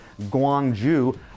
Guangzhou